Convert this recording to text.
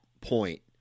point